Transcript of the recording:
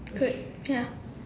good ya